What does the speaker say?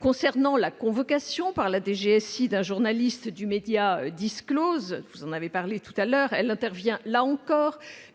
S'agissant de la convocation par la DGSI d'un journaliste du média que vous avez évoquée, elle intervient, là encore,